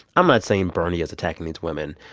i'm not saying bernie is attacking these women.